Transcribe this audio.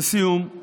לסיום,